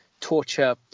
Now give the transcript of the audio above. torture